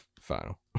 final